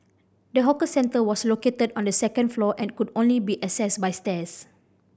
the hawker centre was located on the second floor and could only be accessed by stairs